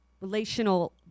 relational